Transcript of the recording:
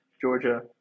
Georgia